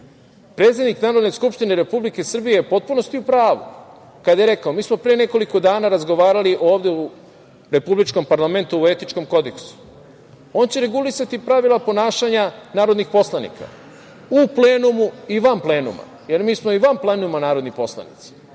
Narodne skupštine Republike Srbije je u potpunosti u pravu kada je rekao. Mi smo pre nekoliko dana razgovarali ovde u republičkom parlamentu o etičkom kodeksu. On će regulisati pravila ponašanja narodnih poslanika u plenumu i van plenuma, jer mi smo i van plenuma narodni poslanici.